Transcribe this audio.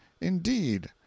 Indeed